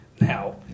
now